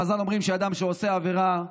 חז"ל אומרים שאדם שעושה עבירה,